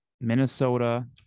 Minnesota